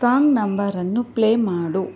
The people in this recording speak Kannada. ಸಾಂಗ್ ನಂಬರನ್ನು ಪ್ಲೇ ಮಾಡು